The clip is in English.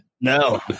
No